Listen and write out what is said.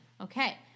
Okay